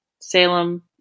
Salem